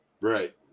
Right